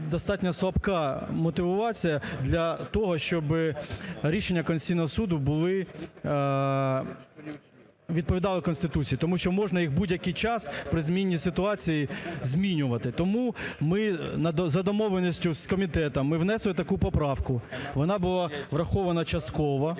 достатньо слабка мотивація для того, щоб рішення Конституційного Суду відповідали Конституції. Тому що можна їх в будь-який час при зміні ситуації змінювати. Тому ми за домовленістю з комітетом, ми внесли таку поправку, вона була врахована частково.